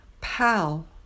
Pal